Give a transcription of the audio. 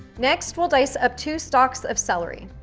next, we'll dice up two stalks of celery.